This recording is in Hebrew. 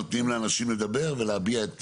נותנים לאנשים לדבר ולהביע את